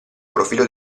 profilo